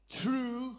true